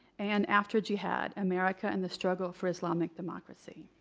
and after jihad america and the struggle for islamic democracy.